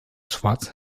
schwarz